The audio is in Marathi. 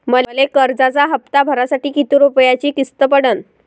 मले कर्जाचा हप्ता भरासाठी किती रूपयाची किस्त पडन?